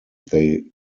they